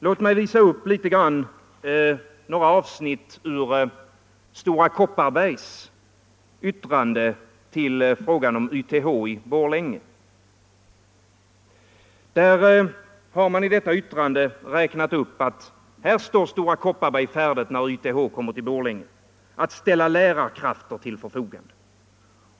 Låt mig läsa upp några avsnitt ur Stora Kopparbergs yttrande till frågan om YTH i Borlänge. I detta yttrande har man räknat upp de områden där Stora Kopparberg står färdigt att ställa lärarkrafter till förfogande när YTH kommer till Borlänge.